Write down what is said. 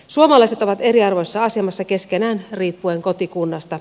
suomalaiset ovat eriarvoisessa asemassa keskenään riippuen kotikunnasta